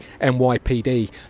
NYPD